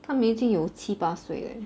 他们已经有七八岁 eh